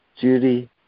Judy